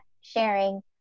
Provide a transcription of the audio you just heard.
sharing